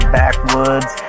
backwoods